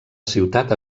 ciutat